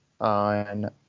on